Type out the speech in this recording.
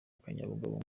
akanyabugabo